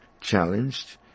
challenged